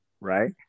right